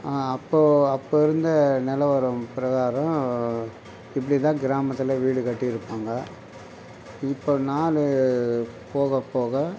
அப்போது அப்போது இருந்த நிலவரம் பிரகாரம் இப்படி தான் கிராமத்தில் வீடு கட்டியிருப்பாங்க இப்போ நாள் போக போக